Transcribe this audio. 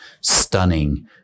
stunning